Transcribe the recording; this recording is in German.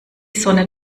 sonne